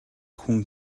хүн